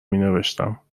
مینوشتم